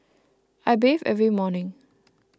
I bathe every morning